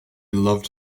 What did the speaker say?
loved